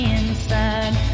inside